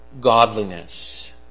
godliness